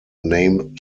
named